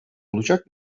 olacak